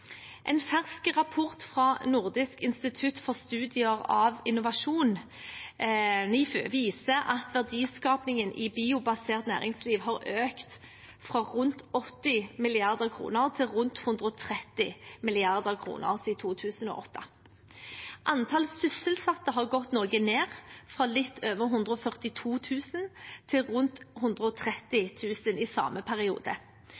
En fersk rapport fra Nordisk institutt for studier av innovasjon, NIFU, viser at verdiskapingen i biobasert næringsliv har økt fra rundt 80 mrd. kr til rundt 130 mrd. kr siden 2008. Antallet sysselsatte har gått noe ned, fra litt over 142 000 til rundt 130 000, i samme periode,